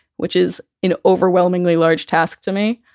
which is an overwhelmingly large task to me,